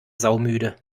saumüde